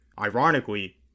Ironically